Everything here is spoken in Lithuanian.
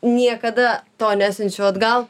niekada to nesiunčiau atgal